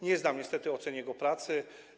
Nie znam niestety oceny jego pracy.